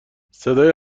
صدای